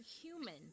human